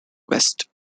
west